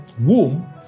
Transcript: womb